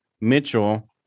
Mitchell